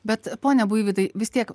bet pone buivydai vis tiek